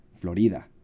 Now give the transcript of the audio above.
Florida